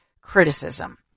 criticism